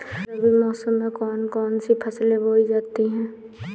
रबी मौसम में कौन कौन सी फसलें बोई जाती हैं?